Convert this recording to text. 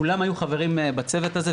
כולם היו חברים בצוות הזה.